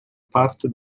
parte